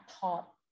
taught